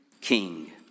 King